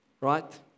Right